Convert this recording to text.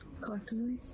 Collectively